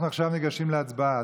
אנחנו עכשיו ניגשים להצבעה.